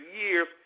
years